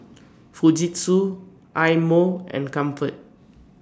Fujitsu Eye Mo and Comfort